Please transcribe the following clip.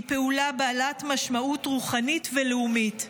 היא פעולה בעלת משמעות רוחנית ולאומית.